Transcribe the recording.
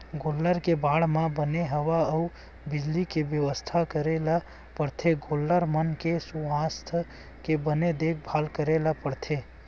गोल्लर के बाड़ा म बने हवा अउ बिजली के बेवस्था करे ल परथे गोल्लर मन के सुवास्थ के बने देखभाल करे ल परथे